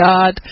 God